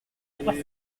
soixante